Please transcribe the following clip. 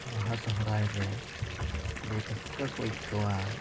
ᱵᱟᱦᱟ ᱥᱚᱦᱨᱟᱭ ᱨᱮ ᱟᱹᱰᱤ ᱨᱟᱹᱥᱠᱟᱹ ᱠᱚ ᱟᱹᱭᱠᱟᱹᱣᱟ